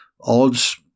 odds